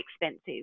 expensive